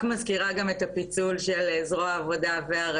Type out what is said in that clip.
אבל רק אני מזכירה את גם הפיצול של זרוע העבודה והרווחה,